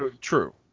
true